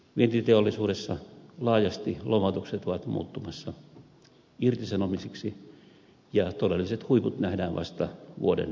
vientiteollisuudessa laajasti lomautukset ovat muuttumassa irtisanomisiksi ja todelliset huiput nähdään vasta vuodenvaihteessa